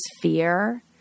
fear